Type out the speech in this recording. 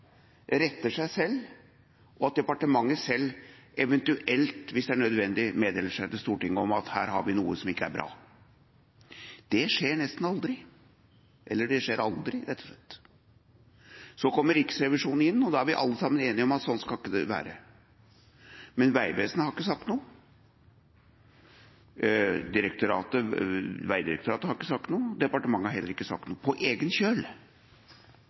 retter seg selv, og at departementet selv eventuelt, hvis det er nødvendig, meddeler til Stortinget at her har vi noe som ikke er bra. Det skjer nesten aldri – eller det skjer rett og slett aldri. Så kommer Riksrevisjonen inn, og da er vi alle sammen enige om at sånn skal det ikke være. Men Vegvesenet har ikke sagt noe, Vegdirektoratet har ikke sagt noe, og departementet har heller ikke sagt noe – på egen